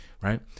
right